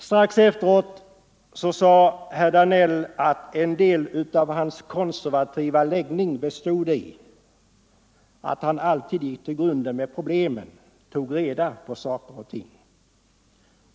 Strax efteråt sade herr Danell att en del av hans konservativa läggning bestod i att han alltid gick till grunden med problemen och tog reda på saker och ting.